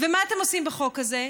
ומה אתם עושים בחוק הזה?